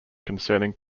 concerning